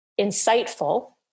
insightful